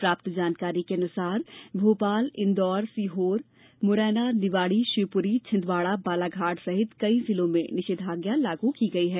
प्राप्त जानकारी के अनुसार भोपाल इंदौर सीहोर मुरैना निवाड़ी शिवपुरी छिन्दवाड़ा बालाघाट सहित कई जिलों में निषेधाज्ञा लागू की गई है